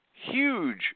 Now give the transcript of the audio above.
huge